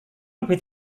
lebih